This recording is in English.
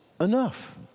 enough